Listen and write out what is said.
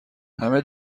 همه